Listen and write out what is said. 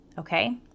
Okay